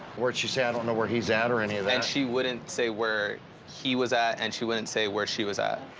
where'd she say, i don't know where he's at, or any of that? and she wouldn't say where he was at. and she wouldn't say where she was at.